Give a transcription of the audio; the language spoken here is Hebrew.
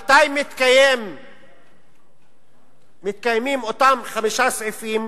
מתי מתקיימים אותם חמישה סעיפים